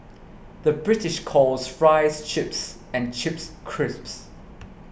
the British calls Fries Chips and Chips Crisps